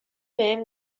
بهم